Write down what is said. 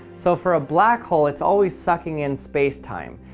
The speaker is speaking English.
so for a black hole it's always sucking in space-time,